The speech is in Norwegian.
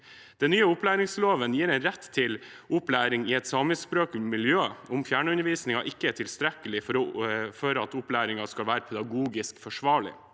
Den nye opplæringsloven gir rett til opplæring i et samiskspråk miljø dersom fjernundervisningen ikke er tilstrekkelig for at opplæringen skal være pedagogisk forsvarlig.